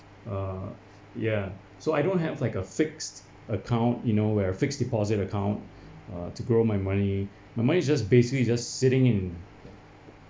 err ya so I don't have like a fixed account you know where a fixed deposit account uh to grow my money my money is just basically just sitting in